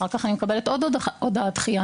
אחר כך אני מקבלת עוד הודעת דחייה,